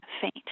faint